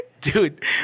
Dude